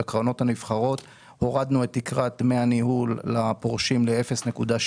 בקרנות הנבחרות הורדנו את תקרת דמי הניהול לפורשים ל-0.3.